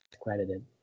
credited